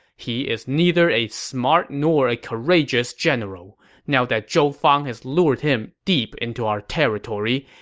he is neither a smart nor a courageous general. now that zhou fang has lured him deep into our territory,